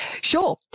Sure